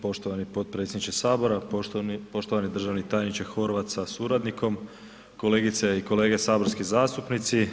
Poštovani potpredsjedniče Sabora, poštovani državni tajniče Horvat sa suradnikom, kolegice i kolege saborski zastupnici.